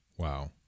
Wow